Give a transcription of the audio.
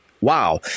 Wow